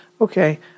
Okay